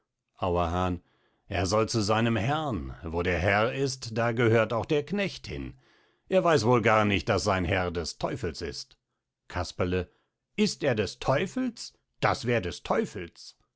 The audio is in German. auerhahn er soll zu seinem herrn wo der herr ist da gehört auch der knecht hin er weiß wohl gar nicht daß sein herr des teufels ist casperle ist er des teufels das wär des teufels